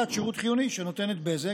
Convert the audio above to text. (קביעת שירות חיוני שנותנת "בזק",